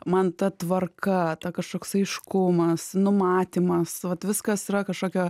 man ta tvarka kažkoks aiškumas numatymas vat viskas yra kažkokio